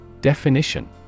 Definition